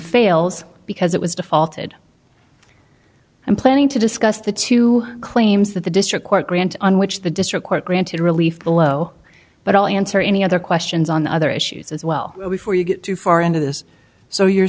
fails because it was defaulted and planning to discuss the two claims that the district court grant on which the district court granted relief below but i'll answer any other questions on the other issues as well before you get too far into this so you're